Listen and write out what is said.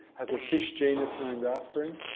has a fish genus named after him.